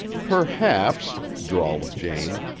perhaps, drawled jane,